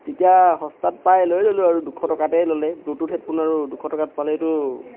তেতিয়া সস্তাত পাই লৈ ল'লোঁ আৰু দুশ টকাতেই ল'লে ব্লুটুথ হেডফোন আৰু দুশ টকাত পালেইতো